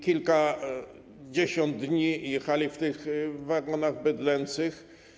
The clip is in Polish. Kilkadziesiąt dni jechali w tych wagonach bydlęcych.